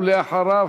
ואחריו,